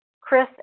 Chris